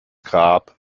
grab